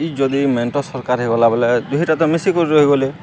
ଇ ଯଦି ମେଣ୍ଟ ସରକାର୍ ହେଇ ଗଲା ବଲେ ଦୁଇଟା ତ ମିଶି କରି ରହିଗଲେ